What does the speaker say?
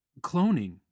Cloning